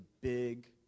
big